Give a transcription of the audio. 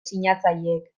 sinatzaileek